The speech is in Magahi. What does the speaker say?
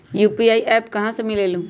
यू.पी.आई एप्प कहा से मिलेलु?